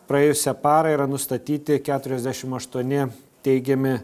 praėjusią parą yra nustatyti keturiasdešimt aštuoni teigiami